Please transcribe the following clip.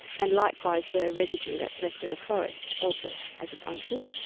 and likewise the residue that's left in a forest also has a function.